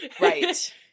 right